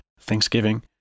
Thanksgiving